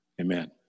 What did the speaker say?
Amen